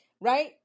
Right